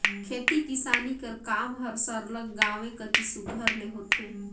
खेती किसानी कर काम हर सरलग गाँवें कती सुग्घर ले होथे